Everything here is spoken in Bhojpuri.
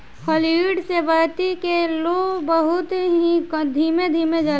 फ्लूइड से बत्ती के लौं बहुत ही धीमे धीमे जलता